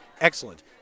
excellent